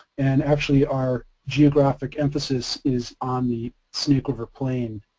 and actually our geographic emphasis is on the snake river plain,